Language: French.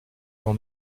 dans